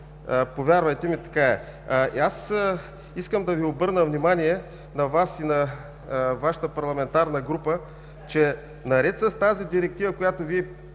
Повярвайте ми, така е! Искам да Ви обърна внимание – на Вас и на Вашата парламентарна група, че наред с тази директива, която